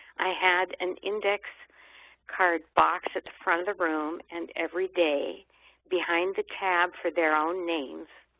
i had an index card box at the front of the room and every day behind the tab for their own names,